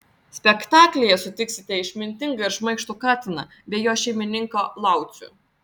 spektaklyje sutiksite išmintingą ir šmaikštų katiną bei jo šeimininką laucių